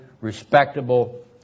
respectable